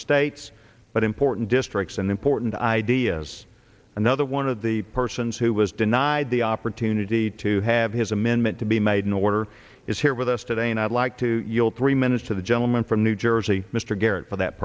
states but important districts and important ideas another one of the persons who was denied the opportunity to have his amendment to be made in order is here with us today and i'd like to yield three minutes to the gentleman from new jersey mr garrett for that